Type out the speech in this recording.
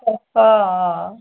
অ অ অ